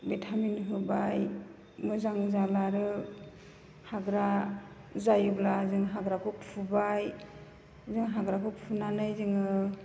vitamin होबाय मोजां जाला आरो हाग्रा जायोब्ला जों हाग्राखौ फुबाय जों हाग्राखौ फुनानै जोङो